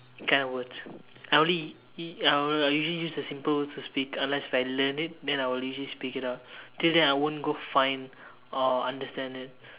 kind of words I only I will I usually use the simple words to speak unless if I learn it then I will usually speak it out till then I wont go find or understand it